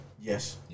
Yes